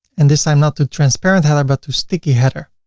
and this time not to transparent header but to sticky header.